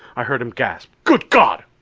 i heard him gasp, good god!